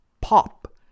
pop